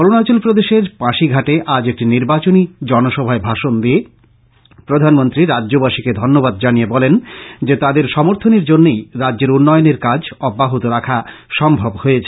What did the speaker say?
অরুণাচল প্রদেশের পাশিঘাটে আজ একটি নির্বাচনী জনসভায় ভাষণ দিয়ে প্রধানমন্ত্রী রাজ্যবাসীকে ধন্যবাদ জানিয়ে বলেন যে তাদের সমর্থনের জন্যই রাজ্যের উন্নয়নের কাজ অব্যাহত রাখা সম্ভব হয়েছে